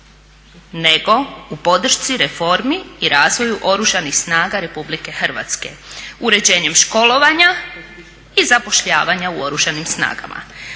nego u podršci reformi i razvoju Oružanih snaga RH uređenjem školovanja i zapošljavanja u Oružanim snagama.